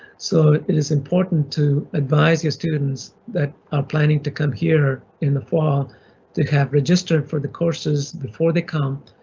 so it is important to advise your students that are planning to come here in the fall they have registered for the courses before they come.